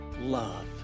love